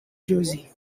jersey